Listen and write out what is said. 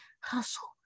hustle